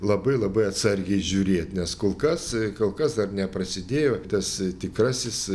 labai labai atsargiai žiūrėt nes kol kas kol kas dar neprasidėjo tas tikrasis